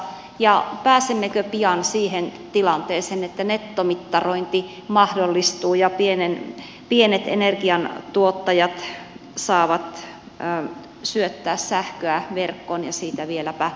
ja pääsemmekö pian siihen tilanteeseen että nettomittarointi mahdollistuu ja pienet energiantuottajat saavat syöttää sähköä verkkoon ja siitä vieläpä maksun itselleen